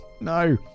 no